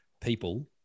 people